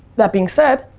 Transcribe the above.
that being said,